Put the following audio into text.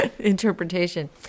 interpretation